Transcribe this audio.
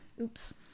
Oops